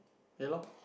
ya loh